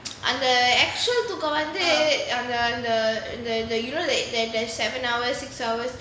அந்த:antha actual தூக்கம் வந்து அந்த அந்த:thookam vanthu antha antha and the the you know the the seven hours six hours